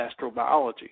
astrobiology